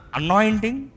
anointing